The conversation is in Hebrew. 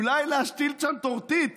אולי להשתיל שם טורטית.